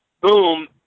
Boom